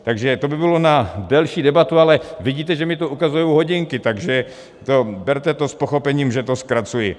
Takže to by bylo na delší debatu, ale vidíte, že mi tu ukazují hodinky, takže berte to s pochopením, že to zkracuji.